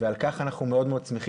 ועל כך אנחנו מאוד מאוד שמחים.